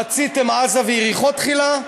רציתם עזה ויריחו תחילה?